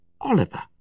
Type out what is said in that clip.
Oliver